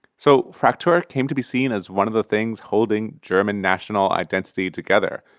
so fraktur came to be seen as one of the things holding german national identity together,